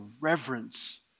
reverence